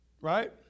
Right